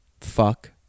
fuck